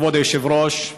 כבוד היושב-ראש,